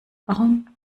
warum